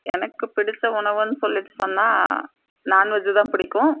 எனக்கு பிடித்த உணவுண்ணு சொல்லிட்டு சொன்னால் நான்வெஜ் தான் பிடிக்கும்